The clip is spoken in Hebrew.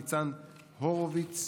ניצן הורוביץ.